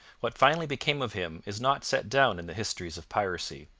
what finally became of him is not set down in the histories of piracy.